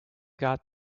got